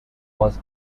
was